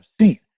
seen